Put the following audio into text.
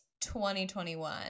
2021